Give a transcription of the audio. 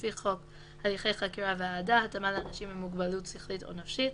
לפי חוק הליכי חקירה והעדה (התאמה לאנשים עם מוגבלות שכלית או נפשית),